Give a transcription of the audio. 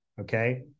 Okay